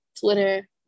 Twitter